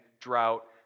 drought